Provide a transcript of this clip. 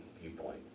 viewpoint